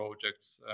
projects